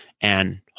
And-